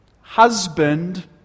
Husband